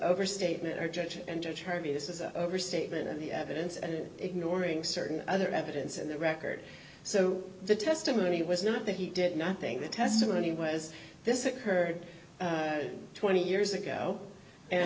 overstatement or judge and judge harvey this is a restatement of the evidence and ignoring certain other evidence in the record so the testimony was not that he did not think the testimony was this occurred twenty years ago and